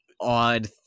odd